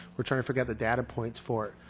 we're trying to figure out the data points for it.